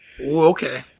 Okay